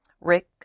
Rick